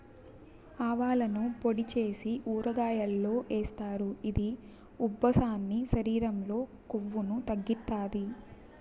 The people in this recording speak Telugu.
ఆవాలను పొడి చేసి ఊరగాయల్లో ఏస్తారు, ఇది ఉబ్బసాన్ని, శరీరం లో కొవ్వును తగ్గిత్తాది